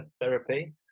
therapy